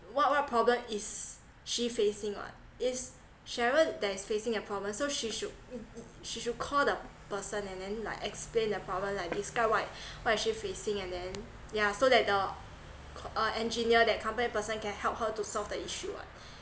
what what problem is she facing [what] it's cheryl that is facing a problem so she should she should call the person and then like explain the problem like describe what what is she facing and then yeah so that the uh engineer that company person can help her to solve the issue [what]